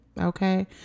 Okay